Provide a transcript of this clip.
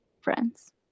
friends